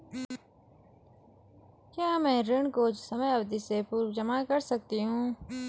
क्या मैं ऋण को समयावधि से पूर्व जमा कर सकती हूँ?